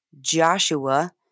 Joshua